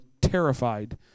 terrified